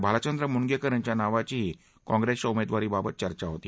भालचंद्र मुणगेकर यांच्या नावाचीही कॉप्रेसच्या उमेदवारीबाबत चर्चा होती